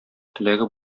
теләге